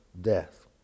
death